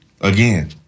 Again